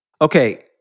Okay